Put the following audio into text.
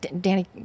Danny